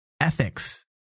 ethics